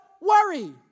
worry